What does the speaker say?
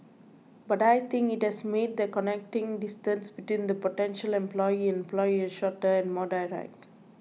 but I think it has made the connecting distance between the potential employee and employer shorter and more direct